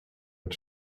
mit